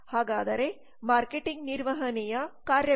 ಹಾಗಾದರೆ ಮಾರ್ಕೆಟಿಂಗ್ ನಿರ್ವಹಣೆಯ ಕಾರ್ಯವೇನು